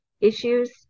issues